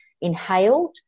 inhaled